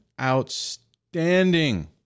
outstanding